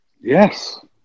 yes